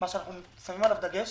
אנחנו שמים דגש